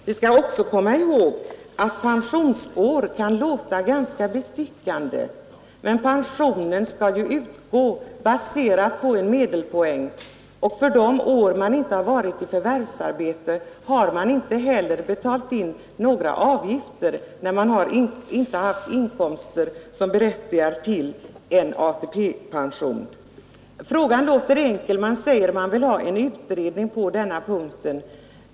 Detta med pensionsår kan låta ganska bestickande. Men pensionen skall ju utgå, baserad på en medelpoäng, och för de år man inte varit i förvärvsarbete har man inte heller betalat in några avgifter, när man inte haft inkomster som berättigar till ATP. Frågan låter enkel: Man säger att man vill ha en utredning på denna punkt.